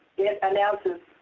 it announces,